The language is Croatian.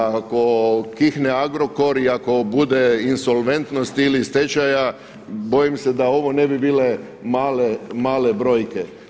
Ako kihne Agrokor i ako bude insolventnost ili stečaja bojim se da ovo ne bi bile male brojke.